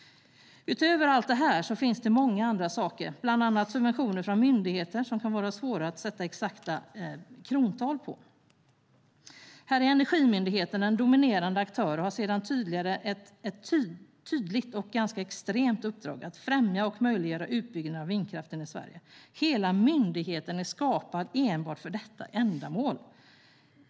Utöver allt detta finns det många andra saker, bland annat subventioner från myndigheter som kan vara svårare att sätta exakta krontal på. Här är Energimyndigheten en dominerande aktör som sedan tidigare har ett tydligt och ganska extremt uppdrag att främja och möjliggöra utbyggnaden av vindkraften i Sverige. Hela myndigheten är skapad för enbart detta ändamål.